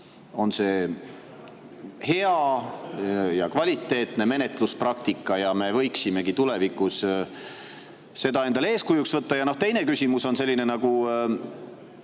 on see hea ja kvaliteetne menetluspraktika ja me võiksimegi tulevikus seda endale eeskujuks võtta? Teine küsimus on kaalutlemise